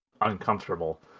uncomfortable